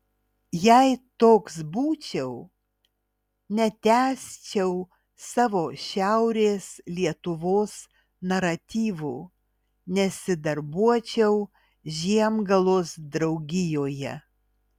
jei toks būčiau netęsčiau savo šiaurės lietuvos naratyvų nesidarbuočiau žiemgalos draugijoje